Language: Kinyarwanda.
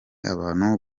abantu